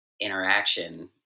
interaction